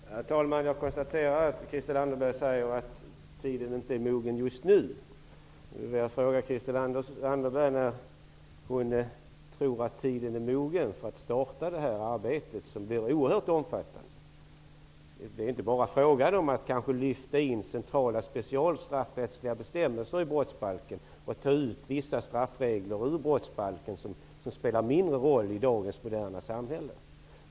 Herr talman! Jag konstaterar att Christel Anderberg säger att tiden inte är mogen just nu. Jag vill fråga Christel Anderberg om när hon tror att tiden är mogen för att starta detta arbete som är oerhört omfattande. Det är inte bara fråga om att kanske lyfta in centrala specialstraffrättsliga bestämmelser i brottsbalken och att lyfta ut vissa straffregler som spelar en mindre roll i dagens moderna samhälle.